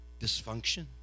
dysfunction